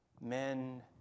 men